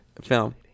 film